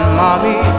mommy